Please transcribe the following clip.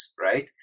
right